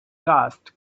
dust